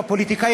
הפוליטיקאי,